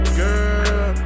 girl